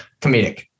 comedic